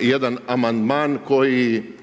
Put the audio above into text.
jedan amandman iza